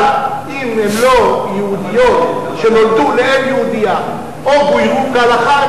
אבל אם הן לא יהודיות שנולדו לאם יהודייה או גוירו כהלכה,